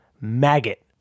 Maggot